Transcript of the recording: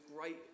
great